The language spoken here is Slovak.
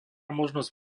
možnosť